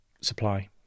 supply